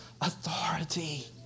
authority